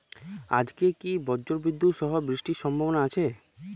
আজকে কি ব্রর্জবিদুৎ সহ বৃষ্টির সম্ভাবনা আছে?